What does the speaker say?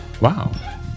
wow